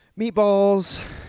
meatballs